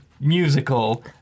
musical